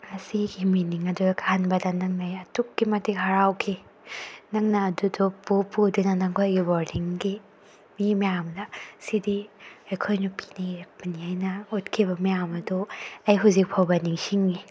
ꯑꯁꯤꯒꯤ ꯃꯤꯅꯤꯡ ꯑꯗꯨ ꯈꯟꯕꯗ ꯅꯪꯅ ꯑꯗꯨꯛꯀꯤ ꯃꯇꯤꯛ ꯍꯔꯥꯎꯈꯤ ꯅꯪꯅ ꯑꯗꯨꯗꯣ ꯄꯨ ꯄꯨꯗꯨꯅ ꯅꯈꯣꯏꯒꯤ ꯕꯣꯔꯗꯤꯡꯒꯤ ꯃꯤ ꯃꯌꯥꯝꯗ ꯁꯤꯗꯤ ꯑꯩꯈꯣꯏ ꯅꯨꯄꯤꯅ ꯏꯔꯛꯄꯅꯤ ꯍꯥꯏꯅ ꯎꯠꯈꯤꯕ ꯃꯌꯥꯝ ꯑꯗꯣ ꯑꯩ ꯍꯧꯖꯤꯛ ꯐꯥꯎꯕ ꯅꯤꯡꯁꯤꯡꯉꯤ